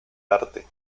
arte